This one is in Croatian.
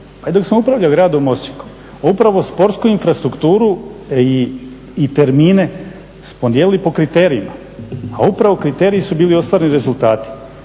dok sam upravljao gradom Osijekom upravo sportsku infrastrukturu i termine smo dijelili po kriterijima, a upravo kriteriji su bili ostvareni rezultati.